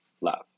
love